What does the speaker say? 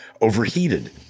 overheated